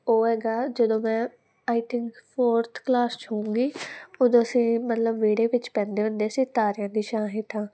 ਉਹ ਹੈਗਾ ਜਦੋਂ ਮੈਂ ਆਈ ਥਿੰਕ ਫੋਰਥ ਕਲਾਸ 'ਚ ਹੋਊਂਗੀ ਉਦੋਂ ਅਸੀਂ ਮਤਲਬ ਵਿਹੜੇ ਵਿੱਚ ਪੈਂਦੇ ਹੁੰਦੇ ਸੀ ਤਾਰਿਆਂ ਦੀ ਛਾਂ ਹੇਠਾਂ